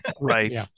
right